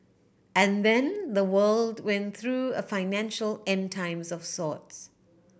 and then the world went through a financial End Times of sorts